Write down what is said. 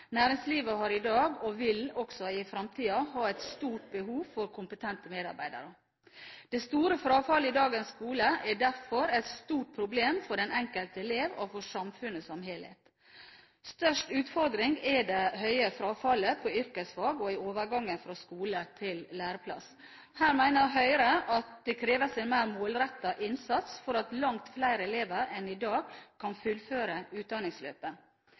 Næringslivet har i dag, og vil også i fremtiden, ha et stort behov for kompetente medarbeidere. Det store frafallet i dagens skole er derfor et stort problem for den enkelte elev og for samfunnet som helhet. Den største utfordringen er det høye frafallet på yrkesfag og i overgangen fra skole til læreplass. Her mener Høyre at det kreves en mer målrettet innsats for at langt flere elever enn i dag kan fullføre utdanningsløpet.